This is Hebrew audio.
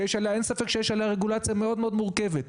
שיש עליה רגולציה מאוד מורכבת,